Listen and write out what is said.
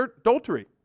adultery